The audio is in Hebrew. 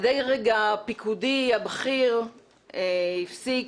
הדרג הפיקודי הבכיר הפסיק,